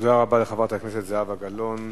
תודה רבה לחברת הכנסת זהבה גלאון.